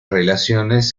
relaciones